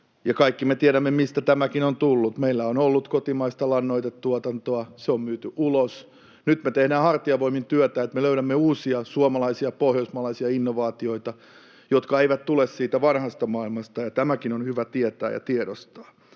kaikki me tiedämme, mistä tämäkin on tullut. Meillä on ollut kotimaista lannoitetuotantoa, se on myyty ulos. Nyt me tehdään hartiavoimin työtä, että me löydämme uusia suomalaisia ja pohjoismaalaisia innovaatioita, jotka eivät tule siitä vanhasta maailmasta — tämäkin on hyvä tietää ja tiedostaa.